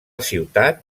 ciutat